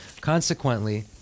Consequently